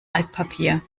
altpapier